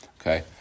okay